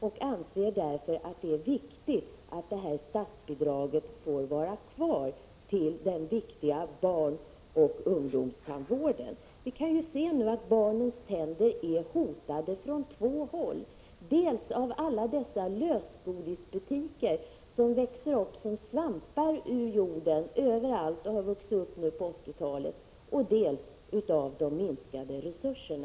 Vi anser därför att det är angeläget att statsbidraget till den viktiga barnoch ungdomstandvården får vara kvar. Vi kan se nu att barnens tänder är hotade från två håll. Dels av alla dessa lösgodisbutiker, som under 1980-talet vuxit upp överallt som svampar ur jorden, dels av de minskade resurserna.